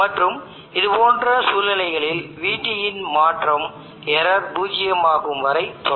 மற்றும் இதுபோன்ற சூழ்நிலைகளில் Vt யின் மாற்றம் எரர் பூஜ்யம் ஆகும் வரை தொடரும்